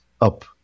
up